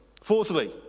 Fourthly